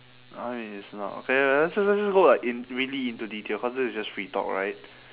I mean it's not okay okay let's let's just go like in~ really into detail cause this is just free talk right